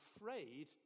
afraid